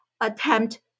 attempt